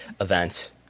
event